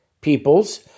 peoples